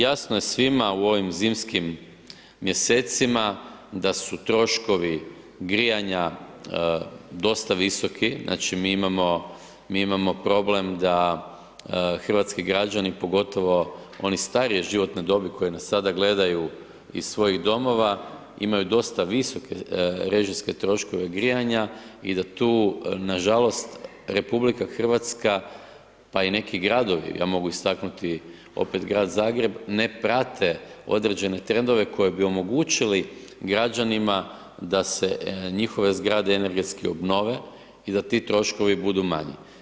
Jasno je svima u ovim zimskim mjesecima da su troškovi grijanja dosta visoki, znači mi imamo, mi imamo problem da hrvatski građani, pogotovo oni starije životne dobi koji nas sada gledaju iz svojih domova, imaju dosta visoke režijske troškove grijanja, i da tu nažalost Republika Hrvatska pa i neki gradovi, ja mogu istaknuti opet Grad Zagreb, ne prate određene trendove koji bi omogućili građanima da se njihove zgrade energetski obnove, i da ti troškovi budu manji.